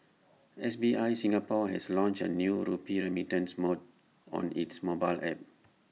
S B I Singapore has launched A new rupee remittance more on its mobile app